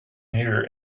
here